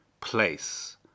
place